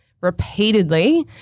repeatedly